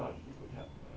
need to help err